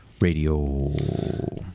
Radio